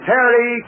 Terry